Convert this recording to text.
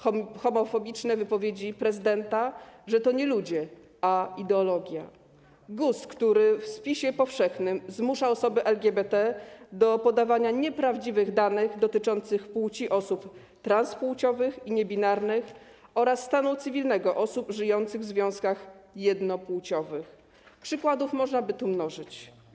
Homofobiczne wypowiedzi prezydenta, że to nie ludzie, a ideologia, GUS, który w spisie powszechnym zmusza osoby LGBT do podawania nieprawdziwych danych dotyczących płci osób transpłciowych i niebinarnych oraz stanu cywilnego osób żyjących w związkach jednopłciowych - te przykłady można by tu mnożyć.